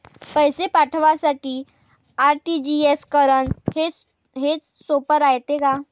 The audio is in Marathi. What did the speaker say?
पैसे पाठवासाठी आर.टी.जी.एस करन हेच सोप रायते का?